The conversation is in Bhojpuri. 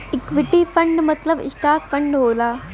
इक्विटी फंड मतलब स्टॉक फंड होला